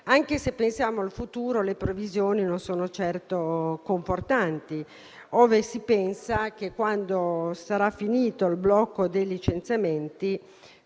Anche se pensiamo al futuro, le previsioni non sono certo confortanti se si pensa, una volta finito il blocco dei licenziamenti,